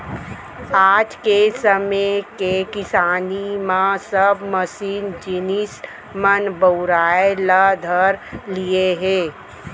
आज के समे के किसानी म सब मसीनी जिनिस मन बउराय ल धर लिये हें